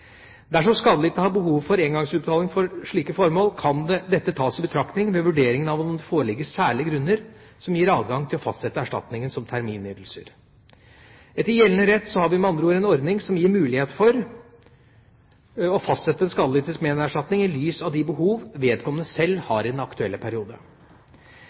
Dersom skadelidte har behov for en engangsutbetaling for slike formål, kan dette tas i betraktning ved vurderingen av om det foreligger særlige grunner som gir adgang til å fastsette erstatningen som terminytelser. Etter gjeldende rett har vi med andre ord en ordning som gir mulighet for å fastsette den skadelidtes menerstatning i lys av de behov vedkommende selv har i den aktuelle periode.